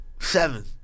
Seven